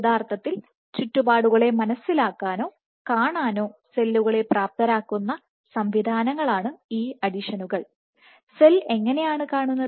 യഥാർത്ഥത്തിൽ ചുറ്റുപാടുകളെ മനസ്സിലാക്കാനോ കാണാനോ സെല്ലുകളെ പ്രാപ്തരാക്കുന്ന സംവിധാനങ്ങളാണ് ഈ അഡിഷനുകൾ സെൽ എങ്ങനെയാണ് കാണുന്നത്